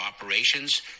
operations